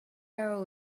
our